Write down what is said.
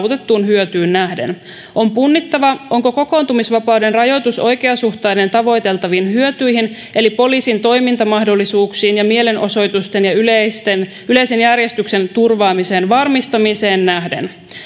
oikeasuhtaiseksi saavutettuun hyötyyn nähden on punnittava onko kokoontumisvapauden rajoitus oikeasuhtainen tavoiteltaviin hyötyihin eli poliisin toimintamahdollisuuksiin ja mielenosoitusten ja yleisen järjestyksen turvaamisen varmistamiseen nähden